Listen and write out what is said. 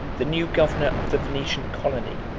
the new governor of the venetian colony,